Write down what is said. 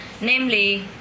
Namely